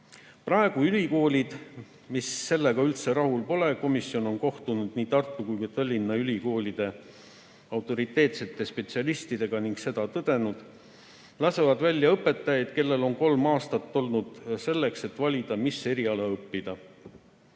Praegu ülikoolid, mis sellega üldse rahul pole – komisjon on kohtunud nii Tartu kui ka Tallinna ülikooli autoriteetsete spetsialistidega ning seda tõdenud –, lasevad välja õpetajaid, kellel on kolm aastat olnud selleks, et valida, mis eriala õppida.